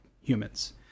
humans